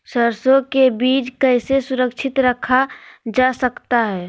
सरसो के बीज कैसे सुरक्षित रखा जा सकता है?